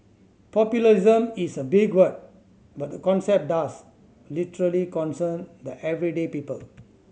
populism is a big word but the concept does literally concern the everyday people